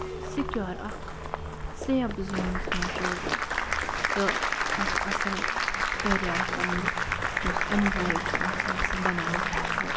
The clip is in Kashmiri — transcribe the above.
سِکیٛوٗر اکھ سیف زونَس منٛز روزُن تہٕ اکھ اَصٕل کیریَر پَنُن یُس اینوَل چھُ آسان سُہ بَناوُن بہتر